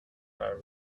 are